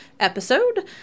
episode